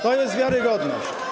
To jest wiarygodność.